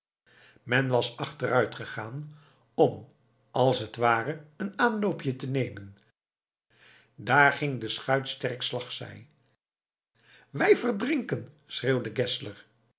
men was achteruit gegaan om als het ware een aanloopje te nemen daar ging de schuit sterk slagzij wij verdrinken schreeuwde